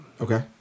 Okay